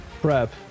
prep